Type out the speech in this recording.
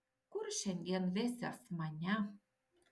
kur šiandien vesies mane